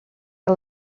que